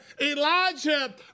Elijah